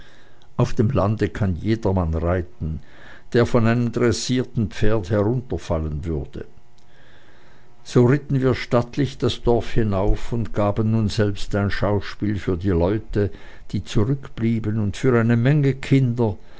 auf dem lande kann jedermann reiten der von einem dressierten pferde herunterfallen würde so ritten wir stattlich das dorf hinauf und gaben nun selbst ein schauspiel für die leute die zurückblieben und für eine menge kinder